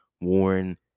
Warren